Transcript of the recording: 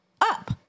up